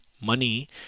money